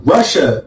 Russia